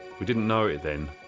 we didn't know it then,